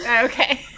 Okay